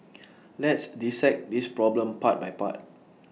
let's dissect this problem part by part